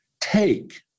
take